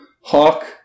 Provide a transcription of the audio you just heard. Hawk